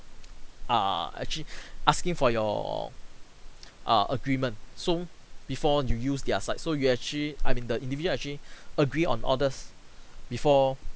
err actually asking for your err agreement so before you use their site so you actually I mean the individual actually agree on all this before